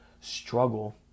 struggle